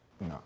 No